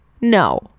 No